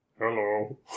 hello